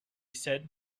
said